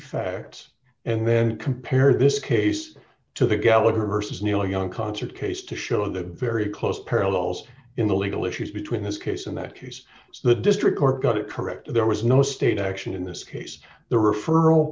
facts and then compare this case to the gala hearses neil young concert case to show that very close parallels in the legal issues between this case and that case the district court got it correct there was no state action in this case the referral